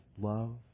love